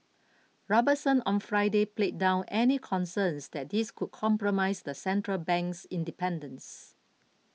Robertson on Friday played down any concerns that this could compromise the central bank's independence